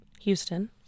Houston